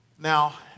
Now